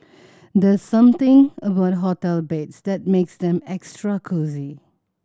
there's something about hotel beds that makes them extra cosy